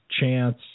chance